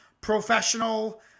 professional